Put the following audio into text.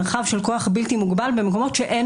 מרחב של כוח בלתי מוגבל במקומות שאין